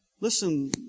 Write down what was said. Listen